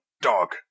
dog